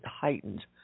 heightened